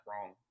wrong